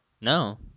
No